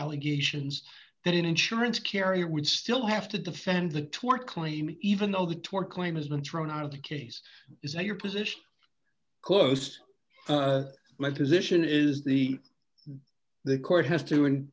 allegations that insurance carrier would still have to defend the torque claim even though the tort claim has been thrown out of the case is your position closed my position is the the court has to